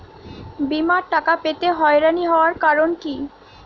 বিমার টাকা পেতে হয়রানি হওয়ার কারণ কি?